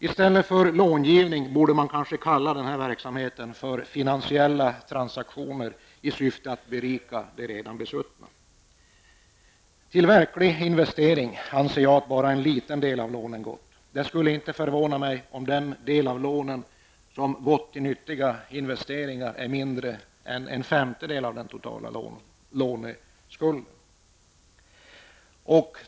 I stället för långivning borde man kanske kalla verksamheten för finansiella transaktioner i syfte att berika de redan besuttna. Till verklig investering har bara en liten del av lånen gått. Det skulle inte förvåna mig om den del av lånen som gällt nyttiga investeringar är mindre än en femtedel av den totala låneskulden.